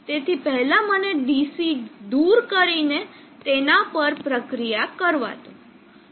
તેથી પહેલા મને DC દૂર કરીને તેના પર પ્રક્રિયા કરવા દો